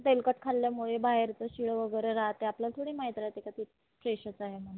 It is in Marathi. तेलकट खाल्ल्यामुळे बाहेरचं शिळं वगैरे राहते आपल्याला थोडी माहीत राहते का ते फ्रेशच आहे म्हणून